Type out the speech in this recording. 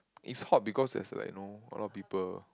it's hot because there's uh like know a lot of people